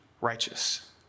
righteous